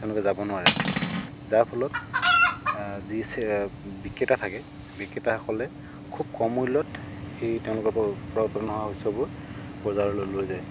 তেওঁলোকে যাব নোৱাৰে যাৰ ফলত যি বিক্ৰেতা থাকে বিক্ৰেতাসকলে খুব কম মূল্যত সেই তেওঁলোকৰ প পৰা উৎপাদন হোৱা শস্যবোৰ বজাৰলৈ লৈ যায়